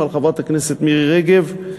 על חברת הכנסת מירי רגב,